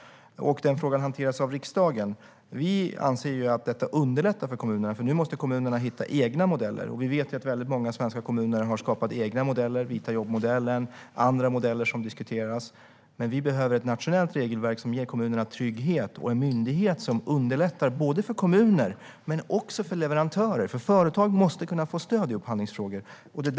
Den frågan hanteras av riksdagen. Vi anser att detta underlättar för kommunerna, för som det är nu måste kommunerna hitta egna modeller. Vi vet att många svenska kommuner har skapat egna modeller, som Vita jobb-modellen och andra modeller som diskuteras. Vi behöver ett nationellt regelverk som ger kommunerna trygghet och en myndighet som underlättar för kommuner men också för leverantörer, för företag måste kunna få stöd i upphandlingsfrågor.